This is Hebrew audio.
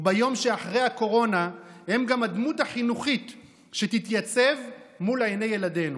וביום שאחרי הקורונה הם גם הדמות החינוכית שתתייצב מול עיני ילדינו.